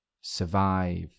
Survive